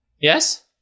Yes